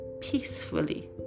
peacefully